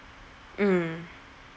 mm